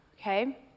okay